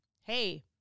hey